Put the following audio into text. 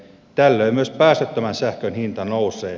tällöin myös päästöttömän sähkön hinta nousee